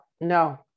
no